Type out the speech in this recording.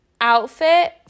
outfit